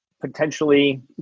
potentially